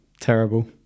Terrible